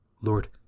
Lord